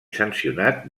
sancionat